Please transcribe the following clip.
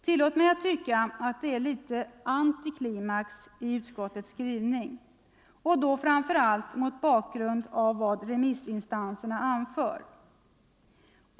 Tillåt mig tycka att det är litet av en antiklimax i utskottets skrivning och då framför allt mot bakgrund av vad remissinstanserna anför.